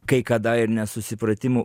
kai kada ir nesusipratimų